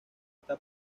está